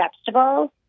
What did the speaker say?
vegetables